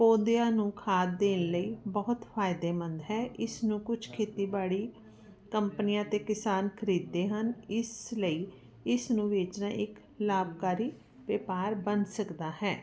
ਪੌਦਿਆਂ ਨੂੰ ਖਾਦ ਦੇਣ ਲਈ ਬਹੁਤ ਫਾਇਦੇਮੰਦ ਹੈ ਇਸ ਨੂੰ ਕੁਝ ਖੇਤੀਬਾੜੀ ਕੰਪਨੀਆਂ ਤੇ ਕਿਸਾਨ ਖਰੀਦ ਦੇ ਹਨ ਇਸ ਲਈ ਇਸ ਨੂੰ ਵੇਚਣਾ ਇੱਕ ਲਾਭਕਾਰੀ ਵਪਾਰ ਬਣ ਸਕਦਾ ਹੈ